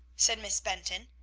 said miss benton.